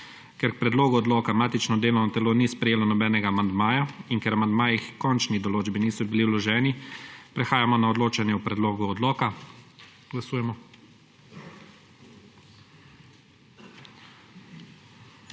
Ker k predlogu odloka matično delovno telo ni sprejelo nobenega amandmaja in ker amandmaji h končni določbi niso bili vloženi, prehajamo na odločanje o predlogu odloka. Glasujemo.